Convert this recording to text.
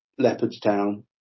Leopardstown